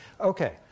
Okay